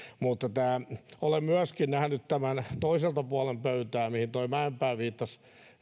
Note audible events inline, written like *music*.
mutta olen myöskin nähnyt *unintelligible* toiselta puolen pöytää tämän mihin tuo mäenpää viittasi